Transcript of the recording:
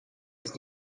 his